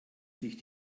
sich